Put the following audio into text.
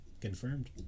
Confirmed